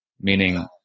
meaning